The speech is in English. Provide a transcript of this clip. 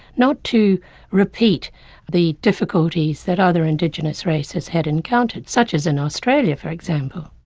not to repeat the difficulties that other indigenous races had encountered, such as in australia for example.